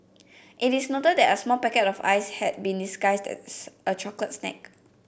it is noted that a small packet of ice had been disguised as a chocolate snack